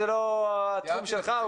יש לנו המון ממצאים.